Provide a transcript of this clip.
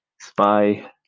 spy